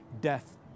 death